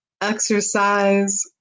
exercise